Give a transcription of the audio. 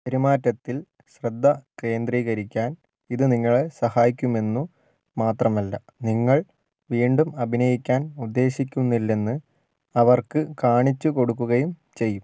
പെരുമാറ്റത്തിൽ ശ്രദ്ധ കേന്ദ്രീകരിക്കാൻ ഇത് നിങ്ങളെ സഹായിക്കുമെന്ന് മാത്രമല്ല നിങ്ങൾ വീണ്ടും അഭിനയിക്കാൻ ഉദ്ദേശിക്കുന്നില്ല എന്ന് അവര്ക്ക് കാണിച്ചുകൊടുക്കുകയും ചെയ്യും